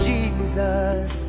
Jesus